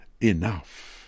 enough